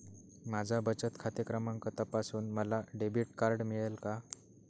माझा बचत खाते क्रमांक तपासून मला डेबिट कार्ड मिळेल का?